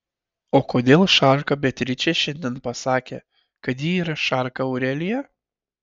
o kodėl šarka beatričė šiandien pasakė kad ji yra šarka aurelija